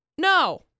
No